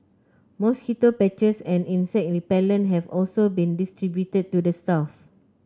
mosquito patches and insect repellent have also been distributed to the staff